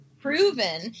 proven